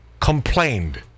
complained